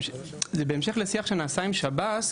בהמשך לשיח שנעשה עם שב"ס,